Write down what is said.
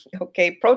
okay